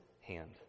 hand